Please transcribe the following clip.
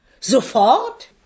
Sofort